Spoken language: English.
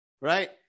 right